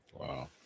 Wow